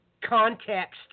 context